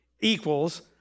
equals